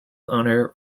owner